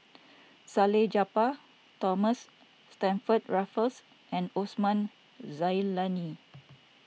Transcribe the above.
Salleh Japar Thomas Stamford Raffles and Osman Zailani